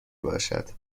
باشد